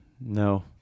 no